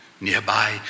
Nearby